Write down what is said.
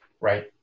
Right